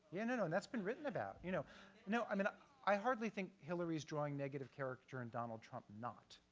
yeah and and and that's been written about. you know you know i mean ah i hardly think hillary's drawing negative character and donald trump not.